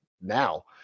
now